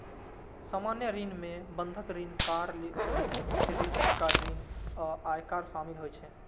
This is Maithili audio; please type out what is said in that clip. सामान्य ऋण मे बंधक ऋण, कार ऋण, क्रेडिट कार्ड ऋण आ आयकर शामिल होइ छै